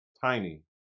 tiny